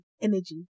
energy